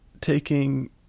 taking